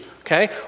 Okay